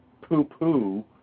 poo-poo